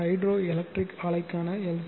hydro electric ஆலைக்கான L